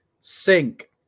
sink